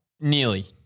Nearly